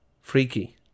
Freaky